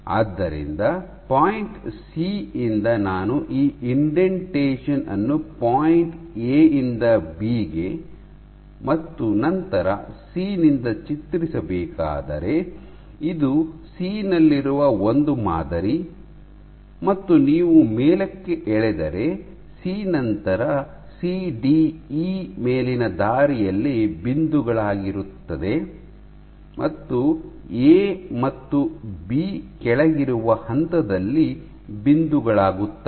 ಆದ್ದರಿಂದ point C ಯಿಂದ ನಾನು ಈ ಇಂಡೆಂಟೇಶನ್ ಅನ್ನು ಪಾಯಿಂಟ್ ಎ ಯಿಂದ ಬಿ ಗೆ ಮತ್ತು ನಂತರ ಸಿ ನಿಂದ ಚಿತ್ರಿಸಬೇಕಾದರೆ ಇದು ಸಿ ನಲ್ಲಿರುವ ಒಂದು ಮಾದರಿ ಮತ್ತು ನೀವು ಮೇಲಕ್ಕೆ ಎಳೆದರೆ ಸಿ ನಂತರ ಸಿಡಿಇ ಮೇಲಿನ ದಾರಿಯಲ್ಲಿ ಬಿಂದುಗಳಾಗಿರುತ್ತದೆ ಮತ್ತು ಎ ಮತ್ತು ಬಿ ಕೆಳಗಿರುವ ಹಂತದಲ್ಲಿ ಬಿಂದುಗಳಾಗುತ್ತವೆ